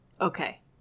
Okay